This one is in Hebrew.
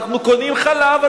אנחנו קונים חלב,